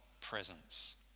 presence